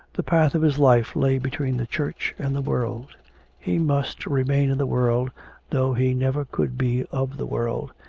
the path of his life lay between the church and the world he must remain in the world though he never could be of the world,